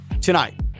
tonight